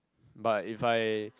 but if I